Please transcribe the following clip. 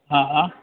हा हा